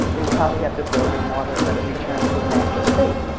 you probably have to throw it in water and let it return to a natural state.